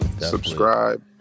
Subscribe